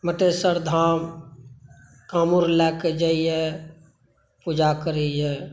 मटेश्वर धाम कावर लए कऽ जाइए पूजा करैए